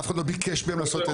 אף אחד לא ביקש מהם לעשות את זה.